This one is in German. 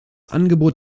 angebot